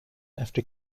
after